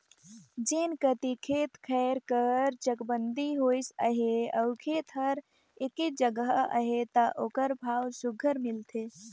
जेन कती खेत खाएर कर चकबंदी होइस अहे अउ खेत हर एके जगहा अहे ता ओकर भाव सुग्घर मिलथे